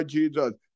Jesus